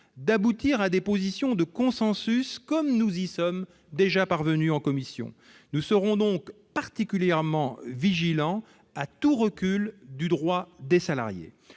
d'aboutir à des positions de consensus comme nous y sommes déjà parvenus en commission. Nous serons donc particulièrement vigilants sur tout recul du droit des salariés.